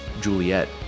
Juliet